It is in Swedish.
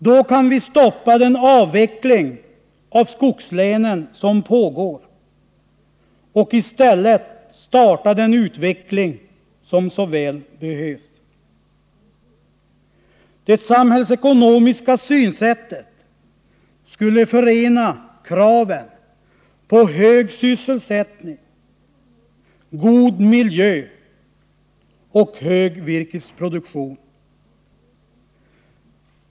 Då kan vi stoppa den avveckling av skogslänen som pågår och i stället starta den utveckling som så väl behövs. Det samhällsekonomiska synsättet skulle förena kraven på hög sysselsättning, god miljö och hög virkesproduktion.